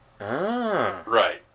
Right